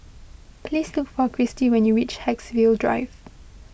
please look for Kristi when you reach Haigsville Drive